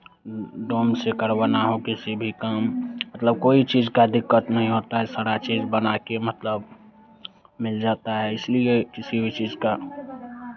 डोम से गड़बड़ ना हो किसी भी काम मतलब कोई चीज़ का दिक्कत नहीं होता है सारा चीज़ बना के मतलब मिल जाता है इसलिए किसी भी चीज़ का